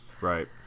right